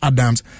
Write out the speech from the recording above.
Adams